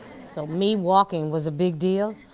so me walking was a big deal.